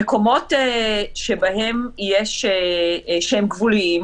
במקומות שהם גבוליים,